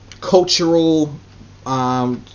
cultural